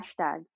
hashtag